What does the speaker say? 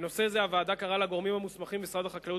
בנושא זה הוועדה קראה לגורמים המוסמכים במשרד החקלאות